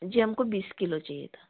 जी हमको बीस किलो चाहिए था